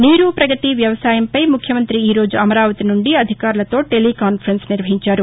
నీరు పగతి వ్యవసాయంపై ముఖ్యమంతి ఈరోజు అమరావతి సుండి అధికారులతో టెలికాన్పిరెన్స్ను నిర్వహించారు